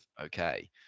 Okay